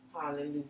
Hallelujah